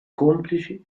complici